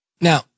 Now